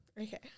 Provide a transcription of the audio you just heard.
Okay